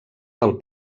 del